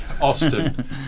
Austin